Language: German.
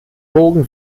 bogen